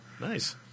Nice